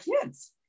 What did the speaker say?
kids